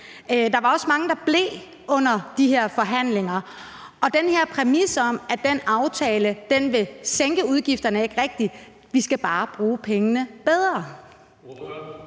Der var også mange, der blev under de her forhandlinger. Og den her præmis om, at den aftale vil sænke udgifterne, er ikke rigtig. Vi skal bare bruge pengene bedre.